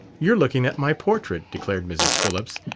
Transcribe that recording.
you're looking at my portrait! declared mrs. phillips,